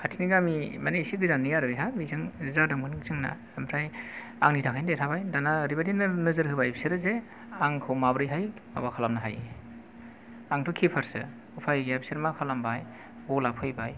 खाथिनि गामि माने एसे गोजाननि आरो बेहा बेजों जादोंमोन जोंना ओमफ्राय आंनि थाखायनो देरहाबाय दानिया ओरैबादि नोजोर होबाय बिसोरो जे आंखौ माबोरैहाय माबा खालामनो हायो आंथ' किपार सो उफाय गैया बिसोरो मा खालामबाय बल आ फैबाय